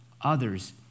others